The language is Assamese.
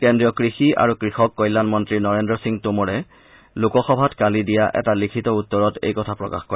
কেন্দ্ৰীয় কৃষি আৰু কৃষক কল্যাণ মন্ত্ৰী নৰেন্দ্ৰ সিং টোমৰে লোকসভাত কালি দিয়া এটা লিখিত উত্তৰত এই কথা প্ৰকাশ কৰে